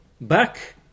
back